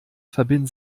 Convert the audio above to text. verbinden